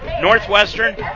Northwestern